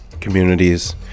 communities